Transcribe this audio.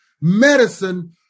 medicine